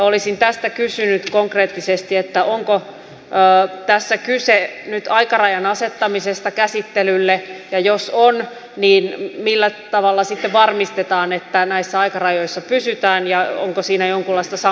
olisin tästä kysynyt konkreettisesti onko tässä kyse nyt aikarajan asettamisesta käsittelylle ja jos on niin millä tavalla sitten varmistetaan että näissä aikarajoissa pysytään ja onko siinä jonkunlaista sanktiota mietitty